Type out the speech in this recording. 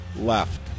left